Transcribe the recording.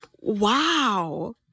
Wow